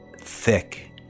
thick